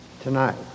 tonight